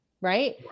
right